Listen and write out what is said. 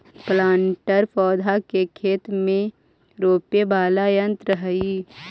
planter पौधा के खेत में रोपे वाला यन्त्र हई